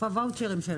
איפה הוואוצ'רים שלכם?